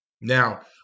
Now